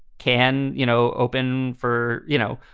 can, you know, open for, you know,